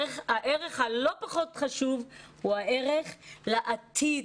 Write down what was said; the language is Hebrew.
הערך הלא פחות חשוב הוא הערך לעתיד.